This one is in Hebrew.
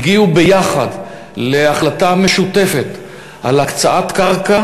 הגיעו ביחד להחלטה משותפת על הקצאת קרקע